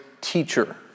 teacher